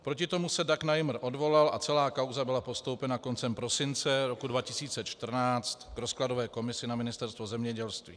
Proti tomu se Dag Najmr odvolal a celá kauza byla postoupena koncem prosince roku 2014 rozkladové komisi na Ministerstvo zemědělství.